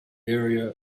area